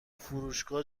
فروشگاه